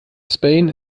spain